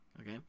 Okay